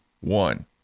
one